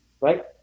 Right